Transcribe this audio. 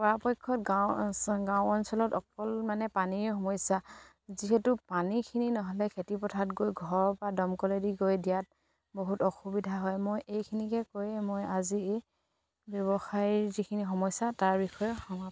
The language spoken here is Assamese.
পৰাপক্ষত গাঁও গাঁও অঞ্চলত অকল মানে পানীৰ সমস্যা যিহেতু পানীখিনি নহ'লে খেতি পথাৰত গৈ ঘৰৰ পৰা দমকলেদি গৈ দিয়াত বহুত অসুবিধা হয় মই এইখিনিকে কৈয়ে মই আজি এই ব্যৱসায়ৰ যিখিনি সমস্যা তাৰ বিষয়ে সমাপ্ত কৰিলোঁ